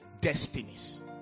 destinies